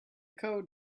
coat